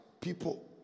people